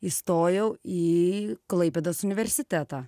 įstojau į klaipėdos universitetą